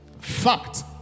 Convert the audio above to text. fact